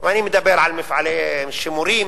אני מדבר על מפעלי שימורים.